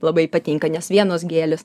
labai patinka nes vienos gėlės